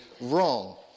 wrong